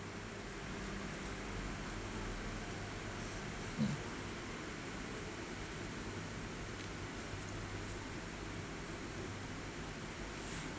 um